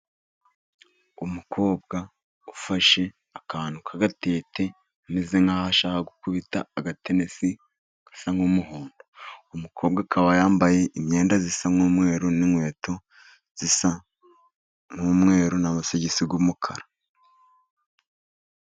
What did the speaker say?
Umukobwa ufashe akantu k'agagatete ameze nk'aho ashaka gukubita agatenesi gasa nk'umuhondo. Umukobwa akaba yambaye imyenda isa n'umweru n'inkweto zisa n'umweru, n'amasogidi y'umukara.